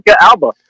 Alba